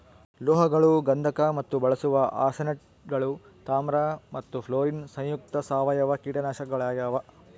ಲೋಹಗಳು ಗಂಧಕ ಮತ್ತು ಬಳಸುವ ಆರ್ಸೆನೇಟ್ಗಳು ತಾಮ್ರ ಮತ್ತು ಫ್ಲೋರಿನ್ ಸಂಯುಕ್ತ ಸಾವಯವ ಕೀಟನಾಶಕಗಳಾಗ್ಯಾವ